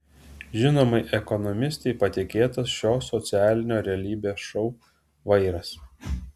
žinomai ekonomistei patikėtas šio socialinio realybės šou vairas